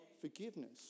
forgiveness